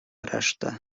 resztę